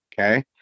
okay